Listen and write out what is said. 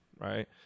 right